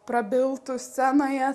prabiltų scenoje